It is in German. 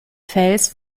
fels